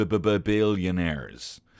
billionaires